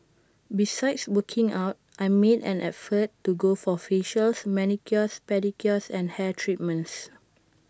besides working out I make an effort to go for facials manicures pedicures and hair treatments